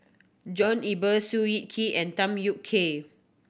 John Eber Seow Yit Kin and Tham Yui Kai